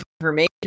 information